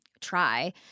try